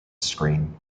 screen